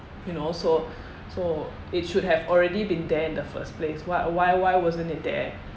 you know so so it should have already been there in the first place why why why wasn't it there